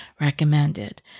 recommended